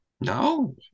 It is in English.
No